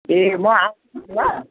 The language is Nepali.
ए म आउँछु ल